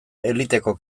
eliteko